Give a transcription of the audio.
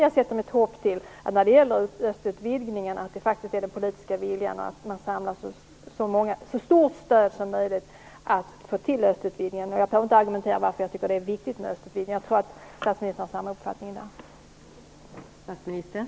Jag sätter mitt hopp till att östutvidgningen faktiskt är den politiska viljan och att man samlar så stort stöd som möjligt för att få till den. Jag behöver inte argumentera för varför jag tycker att det är viktigt med östutvidgningen. Jag tror att statsministern har samma uppfattning i den frågan.